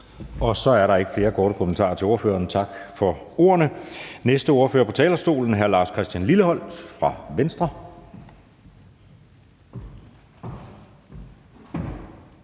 Så er der ikke flere korte bemærkninger til ordføreren. Tak for ordene. Næste ordfører på talerstolen er hr. Lars Christian Lilleholt fra Venstre.